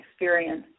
experience